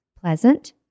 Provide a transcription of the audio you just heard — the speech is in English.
pleasant